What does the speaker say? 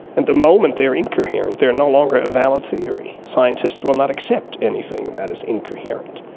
and the moment they are incoherent they are no longer a valid theory. scientists will not accept anything that is incoherent.